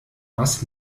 was